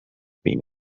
been